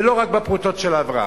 ולא רק בפרוטות של ההבראה.